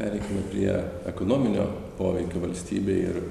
pereikime prie ekonominio poveikio valstybei ir